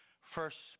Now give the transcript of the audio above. first